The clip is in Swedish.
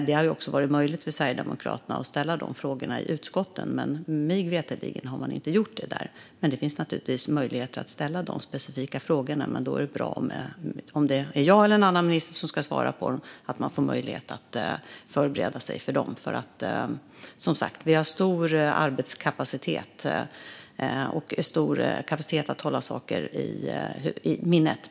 Det har också varit möjligt för Sverigedemokraterna att ställa de frågorna i utskotten, men mig veterligen har man inte gjort det. Det finns naturligtvis möjlighet att ställa de specifika frågorna, men då är det bra om jag eller någon annan minister som ska svara på frågorna får möjlighet att förbereda oss. Vi har stor arbetskapacitet och stor kapacitet att hålla saker i minnet.